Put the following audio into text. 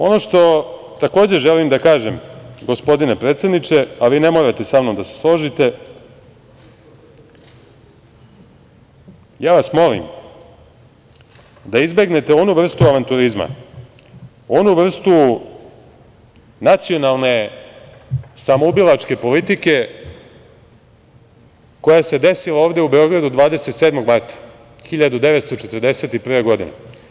Ono što takođe želim da kažem, gospodine predsedniče, a vi ne morate samnom da se složite, molim vas izbegnete onu vrstu avanturizma, onu vrstu nacionalne samoubilačke politike koja se desila ovde u Beogradu 27. marta 1941. godine.